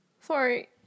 Sorry